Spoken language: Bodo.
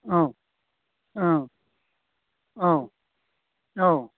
औ औ औ औ